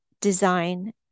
design